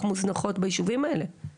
ללא חשמל זאת בעיה מאוד קשה.